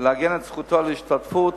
ולעגן את זכותו להשתתפות